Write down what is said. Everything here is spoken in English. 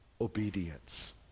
obedience